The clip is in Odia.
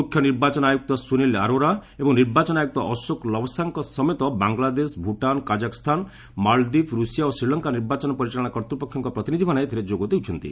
ମୁଖ୍ୟ ନିର୍ବାଚନ ଆୟୁକ୍ତ ସୁନୀଲ ଆରୋରା ଏବଂ ନିର୍ବାଚନ ଆୟୁକ୍ତ ଅଶୋକ ଲବସାଙ୍କ ସମେତ ବାଂଲାଦେଶ ଭୁଟାନ୍ କାକ୍ରାଖ୍ସ୍ଥାନ ମାଳଦ୍ୱୀପ ରୁଷିଆ ଓ ଶ୍ରୀଲଙ୍କା ନିର୍ବାଚନ ପରିଚାଳନା କର୍ତ୍ତୃପକ୍ଷଙ୍କ ପ୍ରତିନିଧିମାନେ ଏଥିରେ ଯୋଗ ଦେଉଛନ୍ତି